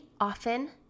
often